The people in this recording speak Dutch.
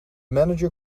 manager